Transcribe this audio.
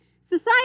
Society